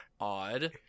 Odd